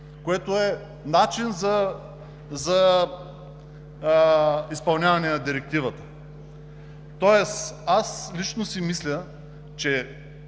което е начин за изпълняване на Директивата. Аз лично си мисля, че